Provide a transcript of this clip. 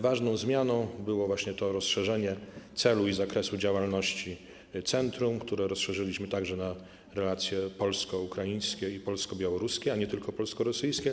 Ważną zmianą było właśnie rozszerzenie celu i zakresu działalności centrum, które rozszerzyliśmy także na relacje polsko-ukraińskie i polsko-białoruskie, a nie tylko polsko-rosyjskie.